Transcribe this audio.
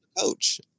Coach